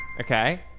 Okay